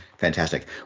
Fantastic